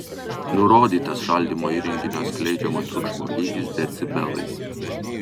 nurodytas šaldymo įrenginio skleidžiamo triukšmo lygis decibelais